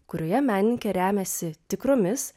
kurioje menininkė remiasi tikromis